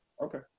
Okay